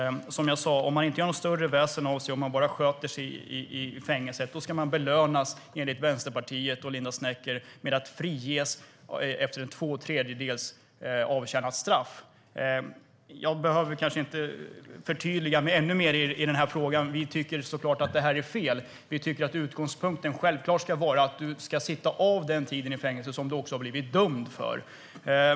Som jag sa: Om man inte gör något större väsen av sig och om man bara sköter sig i fängelset ska man enligt Vänsterpartiet och Linda Snecker belönas med att friges när man har avtjänat två tredjedelar av straffet. Jag behöver kanske inte förtydliga mig ännu mer i den frågan. Vi tycker såklart att det är fel. Vi tycker att utgångspunkten självklart ska vara att man ska sitta av den tiden i fängelse som man har blivit dömd till.